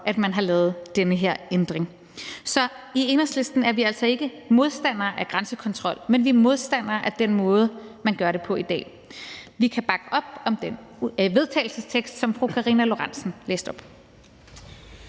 at man har lavet den her ændring. Så i Enhedslisten er vi altså ikke modstandere af grænsekontrol, men vi er modstandere af den måde, man gør det på i dag. Vi kan bakke op om den vedtagelsestekst, som fru Karina Lorentzen Dehnhardt